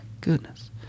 goodness